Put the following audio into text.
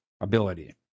ability